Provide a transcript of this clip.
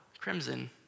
crimson